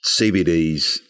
CBDs